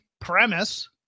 premise